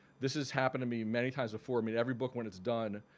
this has happened to me many times before. i mean every book when it's done,